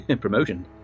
promotion